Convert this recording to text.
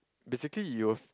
basically you will